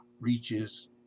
reaches